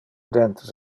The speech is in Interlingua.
dentes